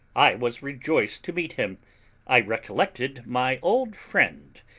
i was rejoiced to meet him i recollected my old friend,